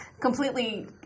completely